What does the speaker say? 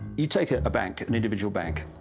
you take a bank, an individual bank,